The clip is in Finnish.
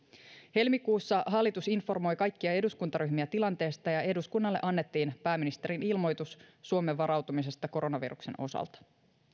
helmikuussa hallitus informoi kaikkia eduskuntaryhmiä tilanteesta ja eduskunnalle annettiin pääministerin ilmoitus suomen varautumisesta koronaviruksen osalta